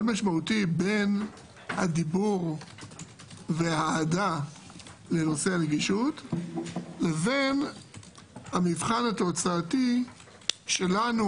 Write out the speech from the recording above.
משמעותי בין הדיבור והאהדה לנושא הנגישות לבין המבחן התוצאתי שלנו,